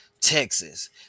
Texas